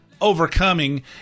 overcoming